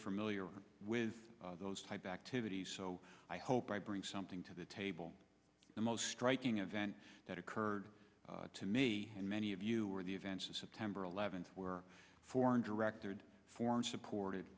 familiar with those type activities so i hope i bring something to the table the most striking event that occurred to me and many of you were the events of september eleventh were foreign direct foreign